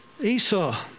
Esau